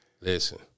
Listen